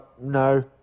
no